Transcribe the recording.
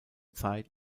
zeit